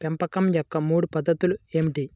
పెంపకం యొక్క మూడు పద్ధతులు ఏమిటీ?